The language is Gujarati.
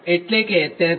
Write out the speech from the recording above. એટલે કે QL45000